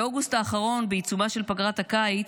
באוגוסט האחרון, בעיצומה של פגרת הקיץ,